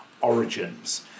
origins